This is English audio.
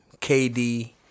KD